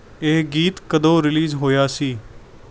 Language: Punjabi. ਇਹ ਗੀਤ ਕਦੋਂ ਰਿਲੀਜ਼ ਹੋਇਆ ਸੀ